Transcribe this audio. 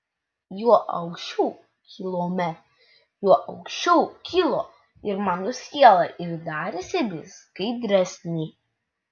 juo aukščiau kilome juo aukščiau kilo ir mano siela ir darėsi vis skaidresnė